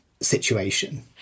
situation